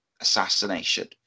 assassination